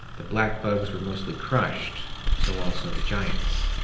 the black bugs were mostly crushed, so also the giants.